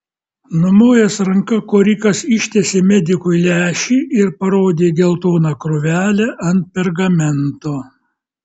numojęs ranka korikas ištiesė medikui lęšį ir parodė į geltoną krūvelę ant pergamento